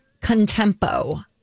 Contempo